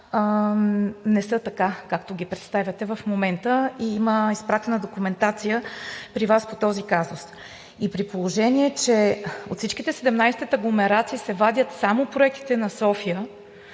не са така, както ги представяте в момента. Има изпратена документация при Вас по този казус и при положение че от всичките 17 агломерации се вадят само проектите на София